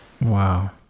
Wow